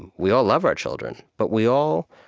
and we all love our children. but we all,